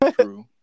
True